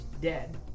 dead